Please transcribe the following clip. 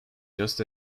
just